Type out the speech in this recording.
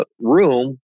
room